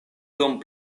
dum